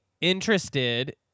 interested